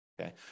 Okay